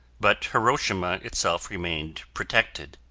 but hiroshima itself remained protected.